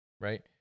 Right